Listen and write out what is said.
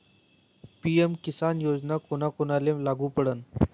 PM Kisan योजना कोना कोनाले लागू पडन?